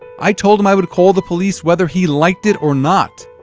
i told him i would call the police whether he liked it or not.